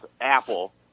Apple